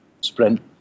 sprint